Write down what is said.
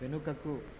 వెనుకకు